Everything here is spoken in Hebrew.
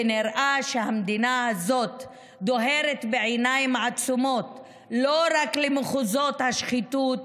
ונראה שהמדינה הזאת דוהרת בעיניים עצומות לא רק למחוזות השחיתות,